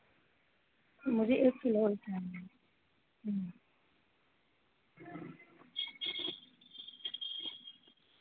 मुझे एक किलो और चाहिए